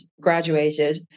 graduated